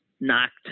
knocked